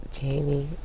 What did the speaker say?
Jamie